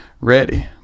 ready